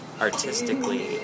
artistically